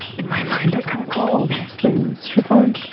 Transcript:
in my mind i kind of call these things chiffon.